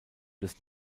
des